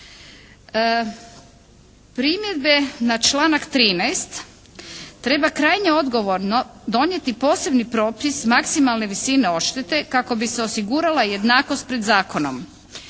Primjedbe na članak 13. treba krajnje odgovorno donijeti posebni propis maksimalne visine odštete kako bi se osigurala jednakost pred zakonom.